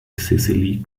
sicily